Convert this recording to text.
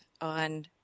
on